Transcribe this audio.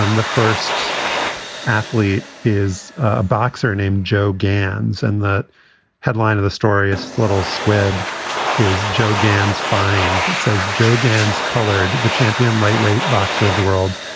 um the first athlete is a boxer named joe gans. and that headline of the story is is little squib is joe gans find. it says joe gans colored the champion lightweight boxer of the world,